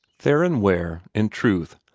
theron ware, in truth,